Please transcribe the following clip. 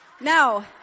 Now